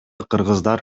кыргыздар